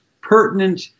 pertinent